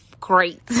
great